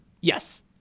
Yes